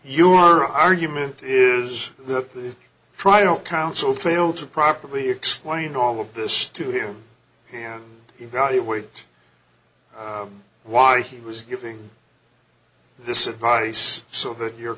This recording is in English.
you are argument is that the trial counsel failed to properly explain all of this to hear him evaluate why he was giving this advice so that your